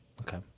Okay